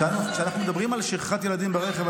כשאנחנו מדברים על שכחת ילדים ברכב,